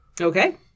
Okay